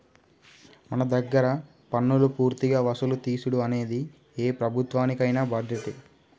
మన దగ్గర పన్నులు పూర్తిగా వసులు తీసుడు అనేది ఏ ప్రభుత్వానికైన బాధ్యతే